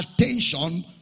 attention